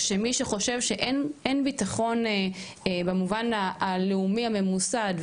כשמי שחושב שאין ביטחון במובן הלאומי הממוסד,